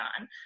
on